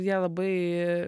jie labai